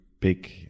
big